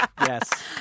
Yes